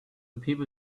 people